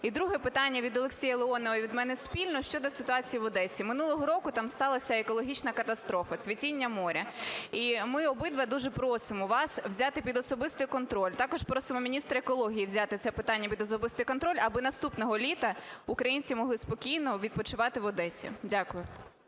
І друге питання від Олексія Леонова і від мене спільно щодо ситуації в Одесі. Минулого року там сталась екологічна катастрофа – цвітіння моря. І ми обидва дуже просимо вас взяти під особистий контроль, також просимо міністра екології взяти це питання під особистий контроль, аби наступного літа українці могли спокійно відпочивати в Одесі. Дякую.